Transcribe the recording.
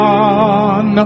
on